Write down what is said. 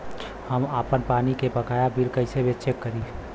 हम आपन पानी के बकाया बिल कईसे चेक करी?